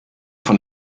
von